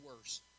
worse